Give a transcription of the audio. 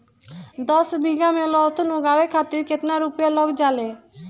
दस बीघा में लहसुन उगावे खातिर केतना रुपया लग जाले?